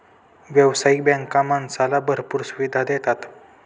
व्यावसायिक बँका माणसाला भरपूर सुविधा देतात